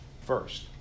first